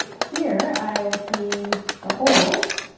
here i will see the holds